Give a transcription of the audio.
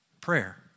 prayer